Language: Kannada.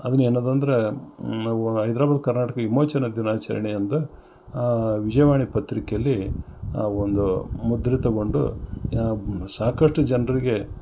ಅದನ್ನ ಏನದಂದರೆ ನಾವು ಹೈದ್ರಾಬಾದ್ ಕರ್ನಾಟಕ ವಿಮೋಚನಾ ದಿನಾಚರಣೆ ಅಂತ ವಿಜಯವಾಣಿ ಪತ್ರಿಕೆಯಲ್ಲಿ ಒಂದು ಮುದ್ರಿತಗೊಂಡು ಸಾಕಷ್ಟು ಜನ್ರಿಗೆ